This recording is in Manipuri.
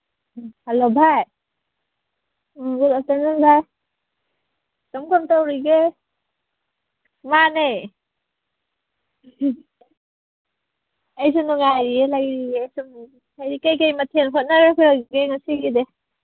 ꯍꯂꯣ ꯚꯥꯏ ꯒꯨꯗ ꯑꯞꯇꯔꯅꯨꯟ ꯚꯥꯏ ꯀꯔꯝ ꯀꯔꯝ ꯇꯧꯔꯤꯒꯦ ꯃꯥꯅꯦ ꯑꯩꯁꯨ ꯅꯨꯡꯉꯥꯏꯔꯤꯌꯦ ꯂꯩꯔꯤꯌꯦ ꯁꯨꯝ ꯍꯥꯏꯗꯤ ꯀꯩꯀꯩ ꯃꯊꯦꯜ ꯍꯣꯠꯅꯈ꯭ꯔꯒꯦ ꯉꯁꯤꯒꯤꯗꯤ